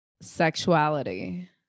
sexuality